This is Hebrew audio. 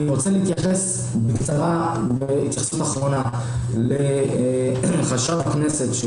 אני רוצה להתייחס בקצרה התייחסות אחרונה לחשב כנסת חיים ידידי,